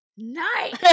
nice